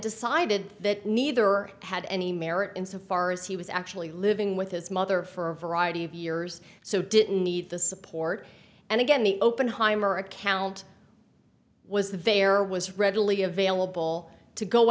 decided that neither had any merit insofar as he was actually living with his mother for a variety of years so didn't need the support and again the open heimer account was that there was readily available to go